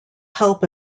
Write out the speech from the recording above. help